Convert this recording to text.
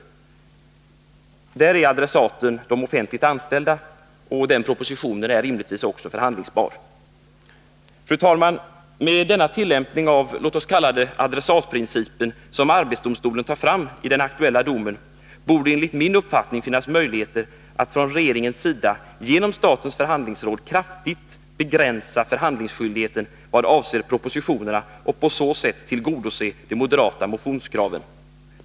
Adressaten är i detta fall de offentligt anställda, och denna proposition är alltså rimligtvis förhandlingsbar. Fru talman! Med denna tillämpning av — låt oss kalla det — adressatprincipen som arbetsdomstolen tar fram i den aktuella domen, borde det enligt min uppfattning finnas möjligheter att från regeringens sida genom statens förhandlingsråd kraftigt begränsa förhandlingsskyldigheten vad avser propostionerna och på så sätt tillgodose de moderata motionskraven.